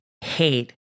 hate